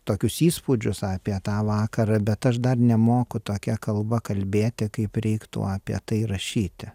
tokius įspūdžius apie tą vakarą bet aš dar nemoku tokia kalba kalbėti kaip reiktų apie tai rašyti